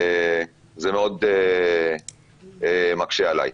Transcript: זה מאוד מקשה עליי.